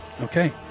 Okay